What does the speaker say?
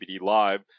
Live